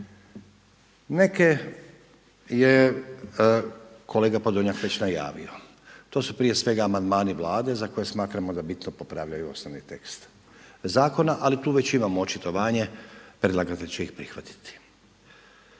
Neke je kolega Podolnjak već najavio, to su prije svega amandmani Vlade za koje smatramo da bitno popravljaju osnovni tekst zakona, ali tu već imamo očitovanje predlagatelj će ih prihvatiti.